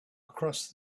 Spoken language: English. across